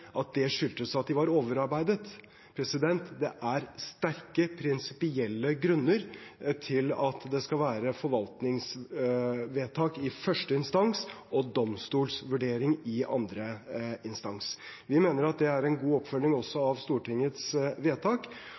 at de var overarbeidet. Det er sterke prinsipielle grunner til at det skal være forvaltningsvedtak i første instans og domstolsvurdering i andre instans. Vi mener at det er en god oppfølging også av Stortingets vedtak.